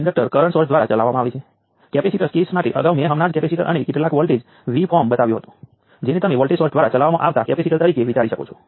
મૂળભૂત રીતે આપણે દરેક શાખામાં દરેક એલિમેન્ટમાં કરંટ અને વોલ્ટેજ માટે સોલ્વ કરવા માંગીએ છીએ